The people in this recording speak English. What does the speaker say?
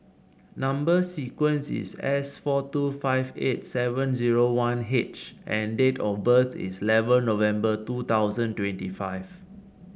number sequence is S four two five eight seven zero one H and date of birth is eleven November two thousand twenty five